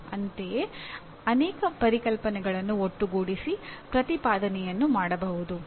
ಅಂತೆಯೇ ಅನೇಕ ಪರಿಕಲ್ಪನೆಗಳನ್ನು ಒಟ್ಟುಗೂಡಿಸಿ ಪ್ರತಿಪಾದನೆಯನ್ನು ಮಾಡಬಹುದು